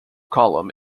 column